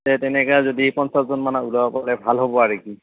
তে তেনেকৈ যদি পঞ্চাছজনমান ওলাব পাৰে ভাল হ'ব আৰু কি